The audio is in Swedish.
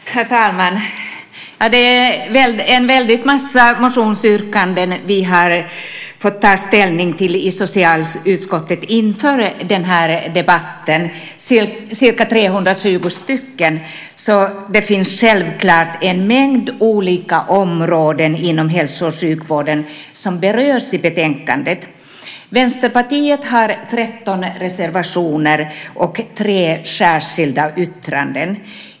Herr talman! Det är en väldig massa motionsyrkanden vi har fått ta ställning till i socialutskottet inför den här debatten. De är ca 320, och det är självklart en mängd olika områden inom hälso och sjukvården som berörs i betänkandet. Vänsterpartiet har 13 reservationer och tre särskilda yttranden.